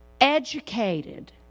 educated